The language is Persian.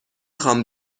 خوام